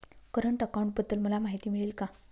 Current अकाउंटबद्दल मला माहिती मिळेल का?